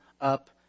up